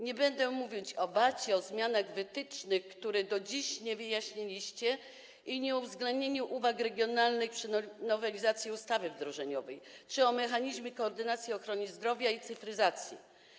Nie będę mówić o Vat, o zmianach wytycznych, których do dziś nie wyjaśniliście, o nieuwzględnieniu uwag regionalnej nowelizacji ustawy wdrożeniowej czy o mechanizmie koordynacji ochrony zdrowia i cyfryzacji.